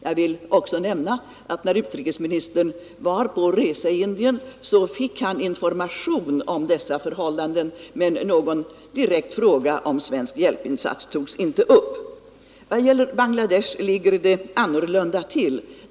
Jag vill också nämna att utrikesministern, när han var på resa i Indien, fick information om dessa förhållanden, men någon direkt fråga om svensk hjälpinsats togs inte upp. Vad gäller Bangladesh ligger det annorlunda till.